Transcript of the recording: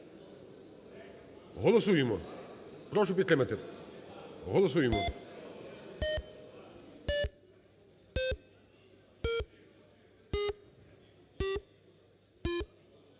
Голосуємо, прошу підтримати. Голосуємо.